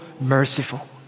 merciful